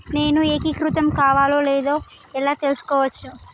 నేను ఏకీకృతం కావాలో లేదో ఎలా తెలుసుకోవచ్చు?